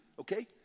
okay